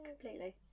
completely